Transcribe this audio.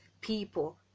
people